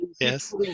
Yes